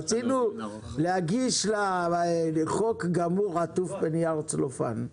רצינו להגיש לה חוק גמור ועטוף בנייר צלופן.